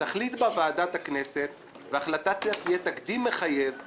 תחליט בה ועדת הכנסת, והחלטתה תהיה תקדים מחייב כל